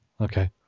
Okay